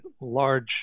large